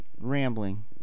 rambling